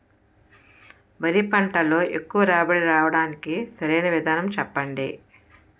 వరి పంటలో ఎక్కువ రాబడి రావటానికి సరైన విధానం చెప్పండి?